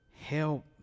help